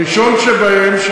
הראשון שבהם,